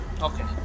Okay